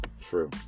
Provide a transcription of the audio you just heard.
True